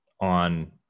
on